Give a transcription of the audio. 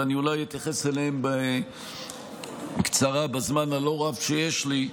ואני אולי אתייחס אליהם בקצרה בזמן הלא-רב שיש לי,